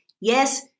Yes